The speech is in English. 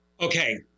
Okay